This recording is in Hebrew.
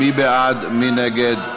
מי נגד?